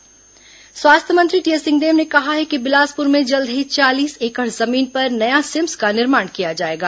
सिंहदेव बिलासपुर स्वास्थ्य मंत्री टीएस सिंहदेव ने कहा है कि बिलासपुर में जल्द ही चालीस एकड़ जमीन पर नया सिम्स का निर्माण किया जाएगा